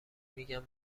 میگن